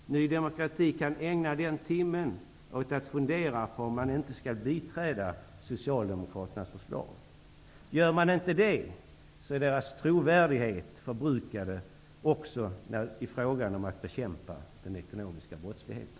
Ny demokrati kan ägna den timmen åt att fundera på om man inte skall biträda Socialdemokraternas förslag. Gör man inte det, är partiets trovärdighet förbrukad också i frågan om att bekämpa den ekonomiska brottsligheten.